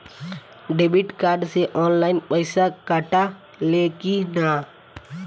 Debit card से online पैसा कटा ले कि ना?